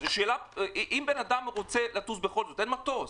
אם אדם רוצה לטוס בכל זאת, אין מטוס.